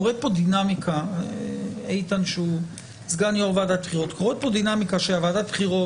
קורית פה דינמיקה שוועדת הבחירות מבינה,